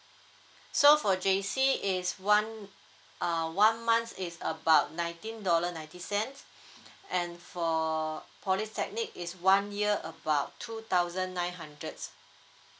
so for J_C is one uh one months is about nineteen dollar ninety cent and for polytechnic is one year about two thousand nine hundreds